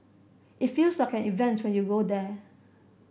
it feels like an event when you go there